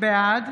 בעד